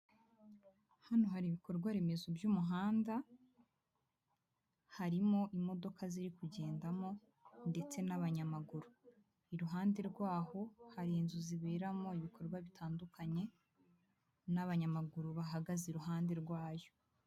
Hano hari ibikorwaremezo by'umuhanda, harimo imodoka ziri kugendamo ndetse n'abanyamaguru. Iruhande rwaho hari inzu ziberamo ibikorwa bitandukanye, n'abanyamaguru bahagaze iruhande rwayo.